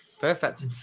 Perfect